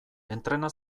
entrena